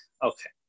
Okay